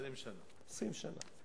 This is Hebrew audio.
20 שנה.